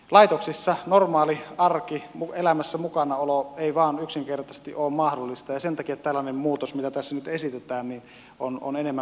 laitoksissa normaali arki elämässä mukanaolo ei vain yksinkertaisesti ole mahdollista ja sen takia tällainen muutos mitä tässä nyt esitetään on enemmän kuin kannatettava